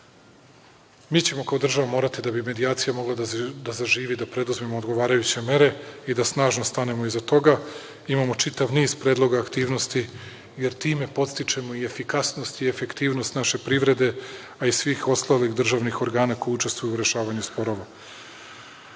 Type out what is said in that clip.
Mi ćemo kao država morati, da bi medijacija mogla da zaživi, da preduzmemo odgovarajuće mere i da snažno stanemo iza toga. Imamo čitav niz aktivnosti, jer time podstičemo efikasnost i efektivnost naše privrede, a i svih ostalih državnih organa koji učestvuju u rešavanju sporova. Što